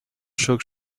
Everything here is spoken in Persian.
شکر